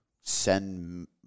send